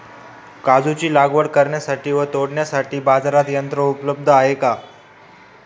काजूची लागवड करण्यासाठी व तोडण्यासाठी बाजारात यंत्र उपलब्ध आहे का?